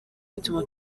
bituma